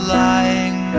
lying